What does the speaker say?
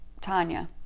Tanya